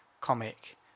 comic